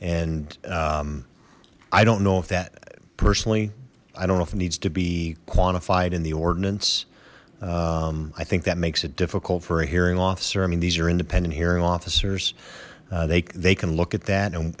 and i don't know if that personally i don't know if it needs to be quantified in the ordinance i think that makes it difficult for a hearing officer i mean these are independent hearing officers they they can look at that and